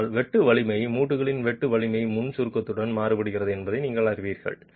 ஆனால் வெட்டு வலிமை மூட்டுகள் வெட்டு வலிமை முன் சுருக்கத்துடன் மாறுபடும் என்பதை நீங்கள் அறிவீர்கள்